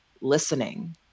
listening